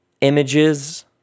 images